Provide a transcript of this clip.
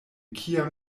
kiam